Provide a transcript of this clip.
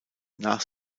nach